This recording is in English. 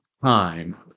time